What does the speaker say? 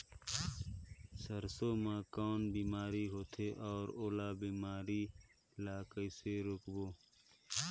सरसो मा कौन बीमारी होथे अउ ओला बीमारी ला कइसे रोकबो?